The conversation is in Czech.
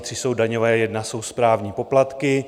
Tři jsou daňové, jedna jsou správní poplatky.